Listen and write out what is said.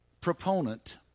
proponent